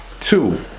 Two